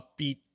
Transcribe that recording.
upbeat